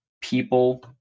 people